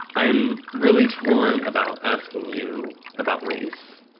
i'm really torn about asking you about race,